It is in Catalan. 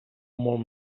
molt